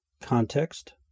Context